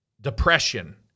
depression